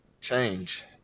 change